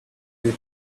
you